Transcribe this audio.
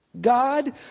God